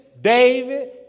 David